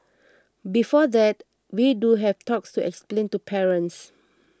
before that we do have talks to explain to parents